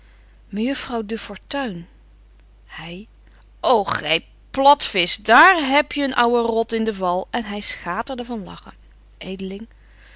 mejuffrouw de fortuin hy ô gy platvisch daar heb je een ouwe rot in de val en hy schaterde van lachen